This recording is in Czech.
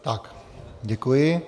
Tak, děkuji.